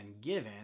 given